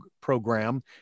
program